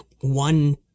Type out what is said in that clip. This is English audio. one